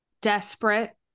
desperate